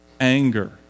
anger